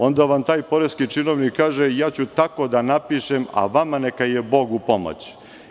Onda vam taj poreski činovnik kaže – ja ću tako da napišem, a vama neka je Bog u pomoći.